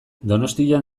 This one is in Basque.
donostian